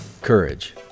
Courage